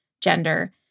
gender